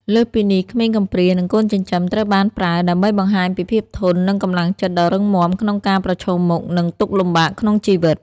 លើសពីនេះ ក្មេងកំព្រា និងកូនចិញ្ចឹមត្រូវបានប្រើដើម្បីបង្ហាញពីភាពធន់ និងកម្លាំងចិត្តដ៏រឹងមាំក្នុងការប្រឈមមុខនឹងទុក្ខលំបាកក្នុងជីវិត។